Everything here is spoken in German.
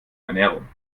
ernährung